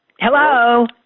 Hello